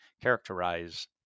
characterize